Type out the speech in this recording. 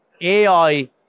AI